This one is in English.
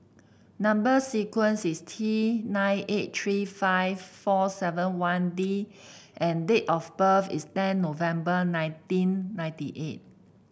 number sequence is T nine eight three five four seven one D and date of birth is ten November nineteen ninety eight